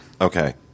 Okay